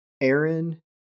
Aaron